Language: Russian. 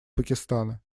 пакистана